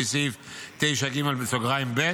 בהתאם לסמכות שר הביטחון לפי סעיף 9ג(ב)